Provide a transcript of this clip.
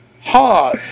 Ha